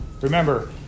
Remember